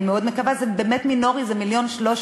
אני מאוד מקווה, זה באמת מינורי, זה 1.3 מיליון.